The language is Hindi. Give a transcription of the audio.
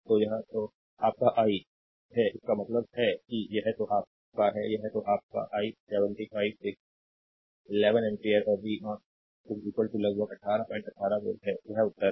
तो यह तो आप का i आह है इसका मतलब है कि यह तो आप का है यह तो आप का i 75 से 11 एम्पीयर और v0 लगभग 1818 वोल्ट है यह उत्तर है